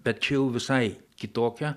tačiau visai kitokia